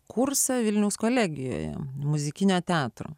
kursą vilniaus kolegijoje muzikinio teatro